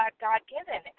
God-given